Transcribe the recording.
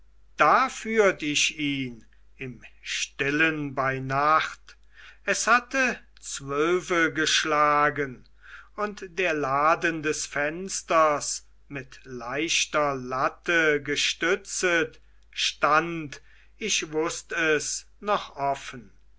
da führt ich ihn im stillen bei nacht es hatte zwölfe geschlagen und der laden des fensters mit leichter latte gestützet stand ich wußt es noch offen